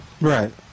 Right